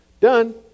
Done